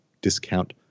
discount